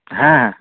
ᱦᱮᱸ